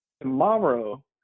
Tomorrow